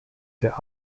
der